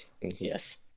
Yes